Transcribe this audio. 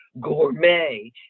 gourmet